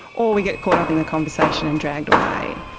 or we get caught up in the conversation and dragged away.